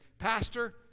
Pastor